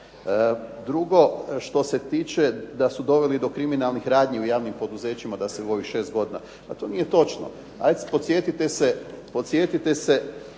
Drugo što se tiče da su doveli do kriminalnih radnji u javnim poduzećima da se u ovih šest godina. Pa to nije točno. Ajd' podsjetite se